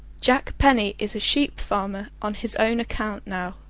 jack penny is a sheep-farmer on his own account now,